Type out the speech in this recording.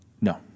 No